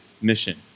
mission